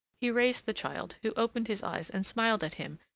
he raised the child, who opened his eyes and smiled at him,